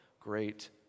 great